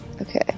Okay